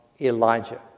Elijah